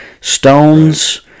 Stones